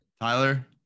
Tyler